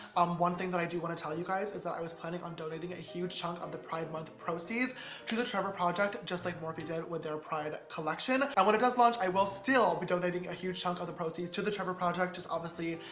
one thing that i do want to tell you guys is that i was planning on donating a huge chunk of the pride month proceeds to the trevor project, just like morphe did with their pride collection. when it does launch, i will still be donating a huge chunk of the proceeds to the trevor project. just obviously,